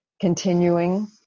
continuing